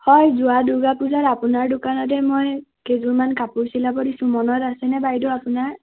হয় যোৱা দুৰ্গা পূজাত আপোনাৰ দোকানতে মই কেইযোৰমান কাপোৰ চিলাব দিছিলোঁ মনত আছেনে বাইদেউ আপোনাৰ